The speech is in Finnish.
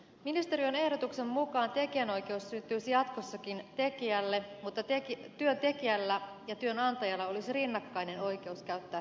ministeriön ehdotuksen mukaan tekijänoikeus syntyisi jatkossakin tekijälle mutta työntekijällä ja työnantajalla olisi rinnakkainen oikeus käyttää teosta